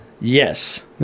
Yes